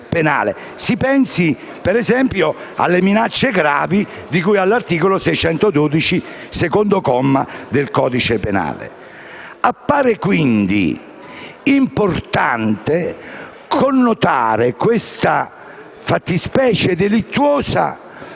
Si pensi, ad esempio, alle minacce gravi di cui all'articolo 612, secondo comma, del codice penale. Appare, quindi, importante connotare questa fattispecie delittuosa